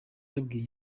yabwiye